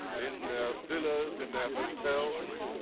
in their villas, in their hotels,